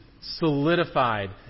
solidified